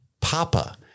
papa